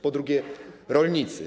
Po drugie, rolnicy.